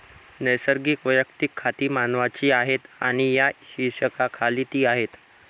नैसर्गिक वैयक्तिक खाती मानवांची आहेत आणि या शीर्षकाखाली ती आहेत